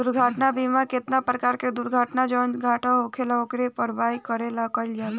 दुर्घटना बीमा केतना परकार के दुर्घटना से जवन घाटा होखेल ओकरे भरपाई करे ला कइल जाला